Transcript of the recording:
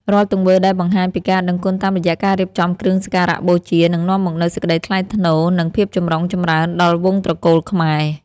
រាល់ទង្វើដែលបង្ហាញពីការដឹងគុណតាមរយៈការរៀបចំគ្រឿងសក្ការបូជានឹងនាំមកនូវសេចក្តីថ្លៃថ្នូរ និង ភាពចម្រុងចម្រើនដល់វង្សត្រកូលខ្មែរ។